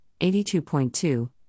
82.2